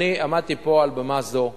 אני עמדתי פה על במה זו בשנה,